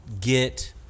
get